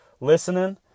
listening